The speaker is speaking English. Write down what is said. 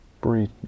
Breathe